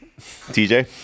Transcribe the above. TJ